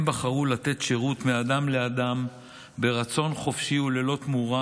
הם בחרו לתת שירות מאדם לאדם ברצון חופשי וללא תמורה,